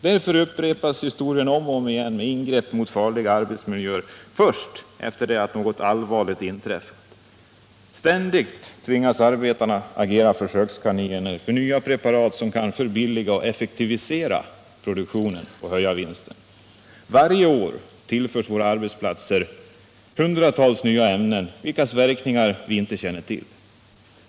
Därför upprepas 31 historien om och om igen med ingrepp mot farliga arbetsmiljöer först efter det att något allvarligt inträffat. Ständigt tvingas arbetarna agera försökskaniner för nya preparat som kan förbilliga och effektivisera produktionen och höja vinsten. Varje år tillförs våra arbetsplatser hundratals nya ämnen, vilkas verkningar vi inte känner till.